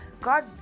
god